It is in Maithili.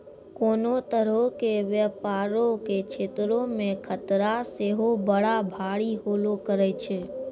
कोनो तरहो के व्यपारो के क्षेत्रो मे खतरा सेहो बड़ा भारी होलो करै छै